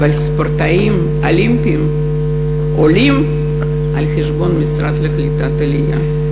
אבל ספורטאים אולימפיים עולים על חשבון המשרד לקליטת העלייה.